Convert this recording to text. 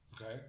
Okay